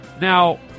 Now